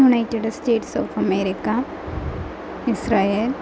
United States of America Israel